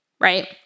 right